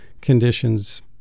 conditions